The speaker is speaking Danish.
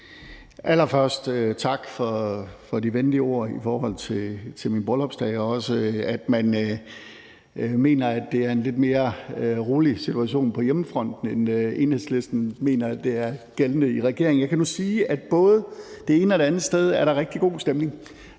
Allerførst tak for de venlige ord i forhold til min bryllupsdag, og også at Enhedslisten mener, at der er en lidt mere rolig situation på hjemmefronten, end man mener er gældende i regeringen. Jeg kan nu sige, at både det ene og det andet sted er der rigtig god stemning,